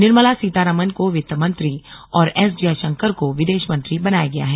निर्मला सीतारामन को वित्त मंत्री और एस जयशंकर को विदेश मंत्री बनाया गया है